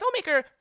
filmmaker